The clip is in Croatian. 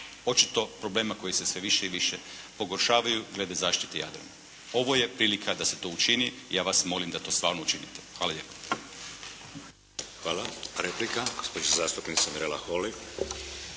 očito problema koji sve više i više pogoršavaju glede zaštite Jadrana. Ovo je prilika da se to učini. Ja vas molim da to stvarno učinite. Hvala lijepa. **Šeks, Vladimir (HDZ)** Hvala. Replika. Gospođa zastupnica Mirela Holy.